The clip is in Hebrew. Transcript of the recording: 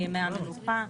מימי המנוחה,